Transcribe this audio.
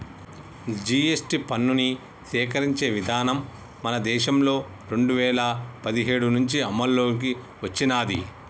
GST పన్నుని సేకరించే విధానం మన దేశంలో రెండు వేల పదిహేడు నుంచి అమల్లోకి వచ్చినాది